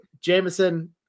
Jameson